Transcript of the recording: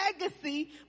legacy